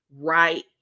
right